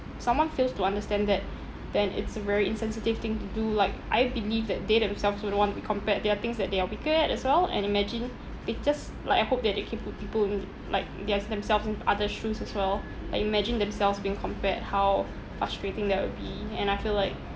someone fails to understand that then it's a very insensitive thing to do like I believe that they themselves wouldn't want to be compared there are things that they are weak at as well and imagine they just like I hope that they can put people like theirs themselves in other shoes as well like imagine themselves being compared how frustrating that will be and I feel like